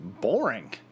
boring